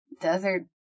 desert